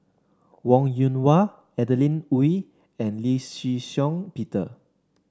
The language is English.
Wong Yoon Wah Adeline Ooi and Lee Shih Shiong Peter